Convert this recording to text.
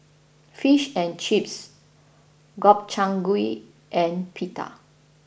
Fish and Chips Gobchang Gui and Pita